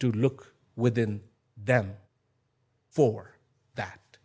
to look within them for that